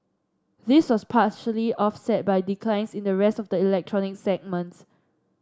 this was partially offset by declines in the rest of the electronic segments